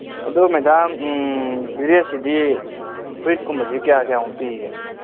ꯑꯗꯨ ꯃꯦꯗꯥꯝ ꯗ꯭ꯔꯦꯁꯁꯤꯗꯤ ꯐꯨꯔꯤꯠꯀꯨꯝꯕꯁꯤ ꯀꯌꯥ ꯀꯌꯥꯃꯨꯛ ꯄꯤꯒꯦ